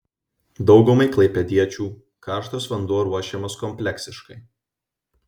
daugumai klaipėdiečių karštas vanduo ruošiamas kompleksiškai